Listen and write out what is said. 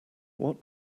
what